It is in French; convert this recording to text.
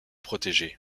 protégée